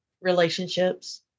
relationships